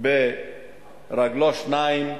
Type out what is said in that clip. ברגלו שניים,